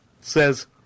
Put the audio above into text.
Says